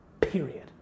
Period